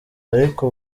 ariko